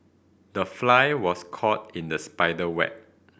the fly was caught in the spider web